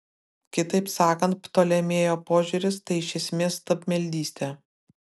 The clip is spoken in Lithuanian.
kitaip sakant ptolemėjo požiūris tai iš esmės stabmeldystė